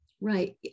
Right